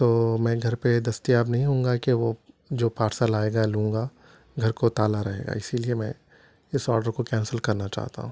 تو میں گھر پہ دستیاب نہیں ہوں گا کہ وہ جو پارسل آئے گا لوں گا گھر کو تالا رہے گا اسی لیے میں اس آڈر کو کینسل کرنا چاہتا ہوں